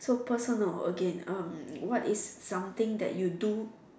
so personal again um what is something that you do